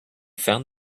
found